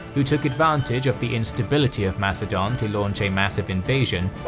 who took advantage of the instability of macedon to launch a massive invasion,